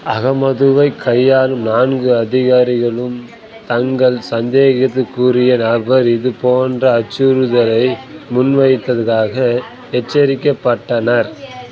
அகமதுவை கையாளும் நான்கு அதிகாரிகளும் தங்கள் சந்தேகத்திற்குரிய நபர் இது போன்ற அச்சுறுத்தலை முன்வைத்ததாக எச்சரிக்கப்பட்டனர்